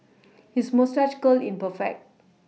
his moustache curl is perfect